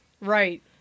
Right